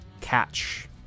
catch